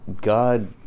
God